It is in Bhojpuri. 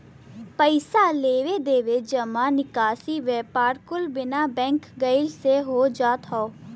पइसा लेवे देवे, जमा निकासी, व्यापार कुल बिना बैंक गइले से हो जात हौ